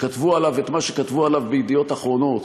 שכתבו עליו את מה שכתבו עליו ב"ידיעות אחרונות",